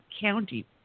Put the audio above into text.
county